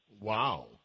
Wow